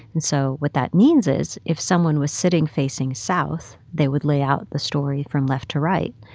and so what that means is if someone was sitting facing south, they would lay out the story from left to right.